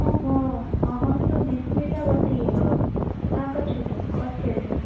ओहो अहं तु विस्मृतवती एव आगच्छतु पश्यतु